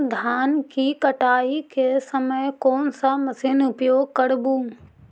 धान की कटाई के समय कोन सा मशीन उपयोग करबू?